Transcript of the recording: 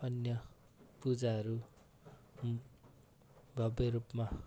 अन्य पूजाहरू भव्य रूपमा